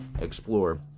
explore